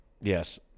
yes